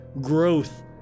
growth